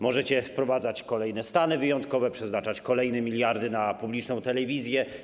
Możecie wprowadzać kolejne stany wyjątkowe, przeznaczać kolejne miliardy na publiczną telewizję.